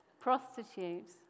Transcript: Prostitutes